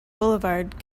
boulevard